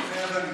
מתחייב אני